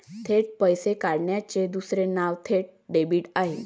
थेट पैसे काढण्याचे दुसरे नाव थेट डेबिट आहे